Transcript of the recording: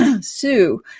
Sue